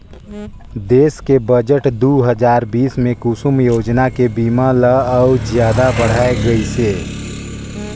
देस के बजट दू हजार बीस मे कुसुम योजना के सीमा ल अउ जादा बढाए गइसे